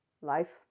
life